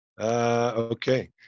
Okay